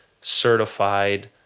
certified